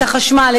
את החשמל,